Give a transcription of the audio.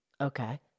Okay